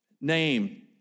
name